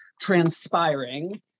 transpiring